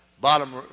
Bottom